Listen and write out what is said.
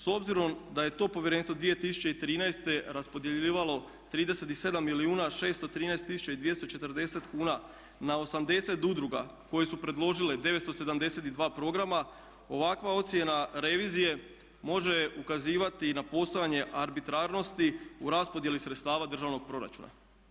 S obzirom da je to povjerenstvo 2013. raspodjeljivalo 37 milijuna 613 tisuća i 240 kuna na 80 udruga koje su predložile 972 programa ovakva ocjena revizije može ukazivati i na postojanje arbitrarnosti u raspodjeli sredstava državnog proračuna.